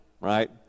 right